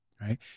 right